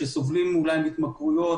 שסובלים מהתמכרויות,